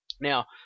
Now